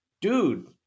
dude